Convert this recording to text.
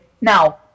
Now